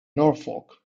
norfolk